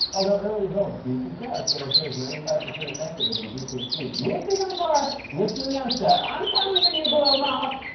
although early results do suggest that our show is ninety five percent effective at inducing sleep, which is on par with lunesta. i'm coming for you, glow moth!